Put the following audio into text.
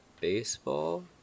baseball